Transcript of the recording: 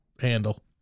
handle